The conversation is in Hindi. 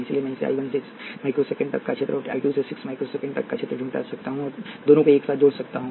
इसलिए मैं I 1 से 6 माइक्रो सेकेंड तक का क्षेत्र और I 2 से 6 माइक्रो सेकेंड तक का क्षेत्र ढूंढ सकता हूं और दोनों को एक साथ जोड़ सकता हूं